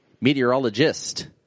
Meteorologist